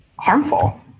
harmful